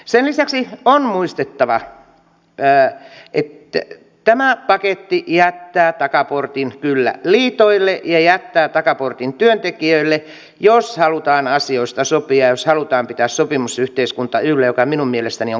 sen lisäksi on muistettava että tämä paketti jättää takaportin kyllä liitoille ja jättää takaportin työntekijöille jos halutaan asioista sopia ja jos halutaan pitää sopimusyhteiskunta yllä mikä minun mielestäni on kannatettava asia